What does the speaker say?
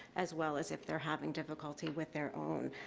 as well as if they're having difficulty with their own.